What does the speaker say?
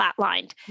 flatlined